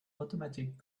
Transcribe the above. automatic